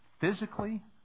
physically